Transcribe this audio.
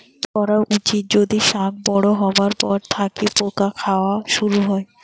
কি করা উচিৎ যদি শাক বড়ো হবার পর থাকি পোকা খাওয়া শুরু হয়?